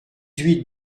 huit